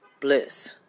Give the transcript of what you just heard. bliss